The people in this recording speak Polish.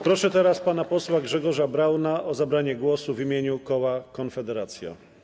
Proszę pana posła Grzegorza Brauna o zabranie głosu w imieniu koła Konfederacja.